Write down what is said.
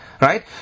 Right